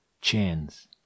Chains